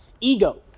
ego